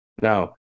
Now